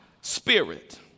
spirit